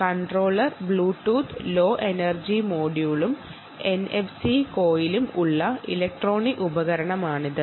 controller bluetooth low energy മൊഡ്യൂളും NFC കോയിലും ഉള്ള ഇലക്ട്രോണിക് ഉപകരണമാണിത്